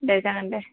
दे जागोन दे